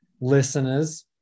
listeners